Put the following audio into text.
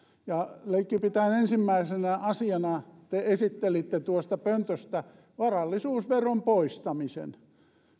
ja likipitäen ensimmäisenä asiana te esittelitte tuosta pöntöstä varallisuusveron poistamisen sen